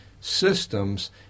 systems